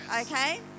Okay